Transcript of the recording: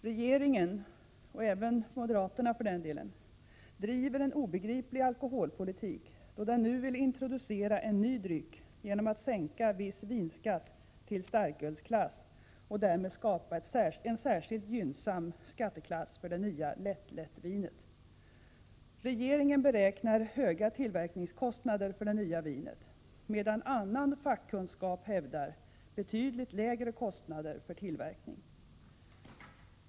Regeringen — och även moderaterna — bedriver en obegriplig alkoholpolitik, då de nu vill introducera en ny dryck genom att sänka viss vinskatt till starkölsklass och därmed skapa en särskilt gynnsam skatteklass för det nya lättlättvinet. Regeringen beräknar höga tillverkningskostnader för det nya vinet, medan annan fackkunskap hävdar betydligt lägre kostnader för tillverkning.